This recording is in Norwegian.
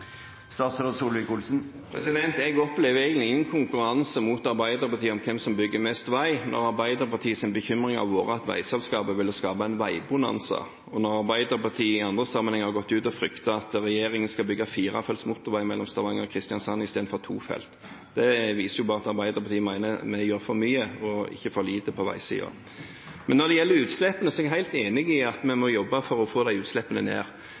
Jeg opplever egentlig ikke at det er noen konkurranse med Arbeiderpartiet om hvem som bygger mest vei, når Arbeiderpartiets bekymring har vært at veiselskapet ville skape en veibonanza, og når Arbeiderpartiet i andre sammenhenger har gått ut og fryktet at regjeringen skal bygge firefelts motorvei mellom Stavanger og Kristiansand i stedet for tofelts vei. Det viser jo bare at Arbeiderpartiet mener at vi gjør for mye, ikke for lite, på veisiden. Når det gjelder utslippene, er jeg helt enig i at vi må jobbe for å få dem ned. Men jeg har den visjonen at de